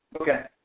Okay